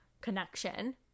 connection